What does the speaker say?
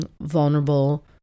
vulnerable